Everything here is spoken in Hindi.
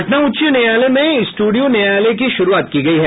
पटना उच्च न्यायालय में स्टूडियो न्यायालय की शुरूआत की गई है